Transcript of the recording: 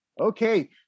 okay